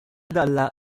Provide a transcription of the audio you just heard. dalla